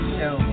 Show